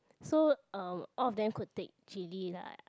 so uh all of them could take chilli lah